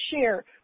share